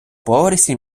поверсі